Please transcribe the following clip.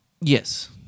Yes